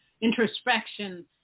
introspection